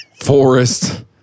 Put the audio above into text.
forest